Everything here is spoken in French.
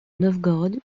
novgorod